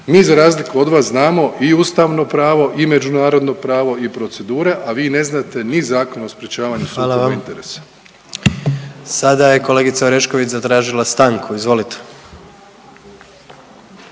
Mi za razliku od vas znamo i ustavno pravo i međunarodno pravo i procedure, a vi ne znate ni Zakon o sprječavanju sukoba interesa. **Jandroković, Gordan (HDZ)** Hvala vam. Sada je kolegica Orešković zatražila stanku, izvolite.